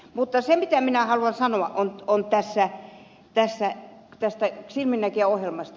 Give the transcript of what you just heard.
mutta se mitä minä haluan sanoa on tästä silminnäkijä ohjelmasta